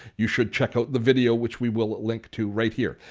you should check out the video which we will link to right here.